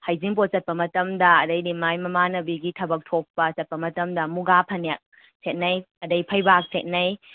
ꯍꯩꯖꯤꯡꯄꯣꯠ ꯆꯠꯄ ꯃꯇꯝꯗ ꯑꯗꯩꯗꯤ ꯃꯥꯏ ꯃꯃꯥꯟꯅꯕꯤꯒꯤ ꯊꯕꯛ ꯊꯣꯛꯄ ꯆꯠꯄ ꯃꯇꯝꯗ ꯃꯨꯒꯥ ꯐꯅꯦꯛ ꯁꯦꯠꯅꯩ ꯑꯗꯩ ꯐꯩꯕꯥꯛ ꯁꯦꯠꯅꯩ